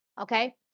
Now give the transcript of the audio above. okay